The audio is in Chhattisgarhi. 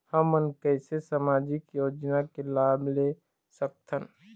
हमन कैसे सामाजिक योजना के लाभ ले सकथन?